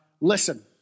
listen